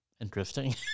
interesting